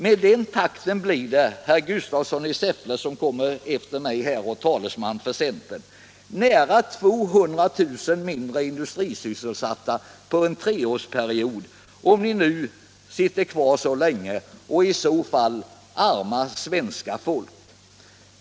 Med den takten blir det, herr Gustafsson i Säffle som kommer efter mig i debatten som talesman för centern, nära 200 000 färre industrisysselsatta under en treårsperiod — om regeringen nu sitter kvar så länge, och i så fall: Arma svenska folk!